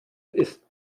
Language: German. ist